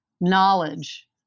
knowledge